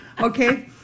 Okay